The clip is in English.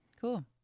cool